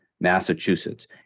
Massachusetts